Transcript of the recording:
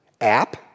app